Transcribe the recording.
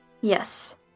Yes